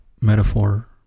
metaphor